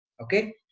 Okay